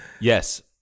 Yes